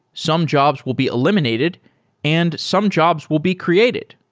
some jobs will be eliminated and some jobs will be created.